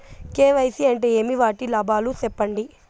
KYC అంటే ఏమి? వాటి లాభాలు సెప్పండి?